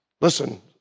Listen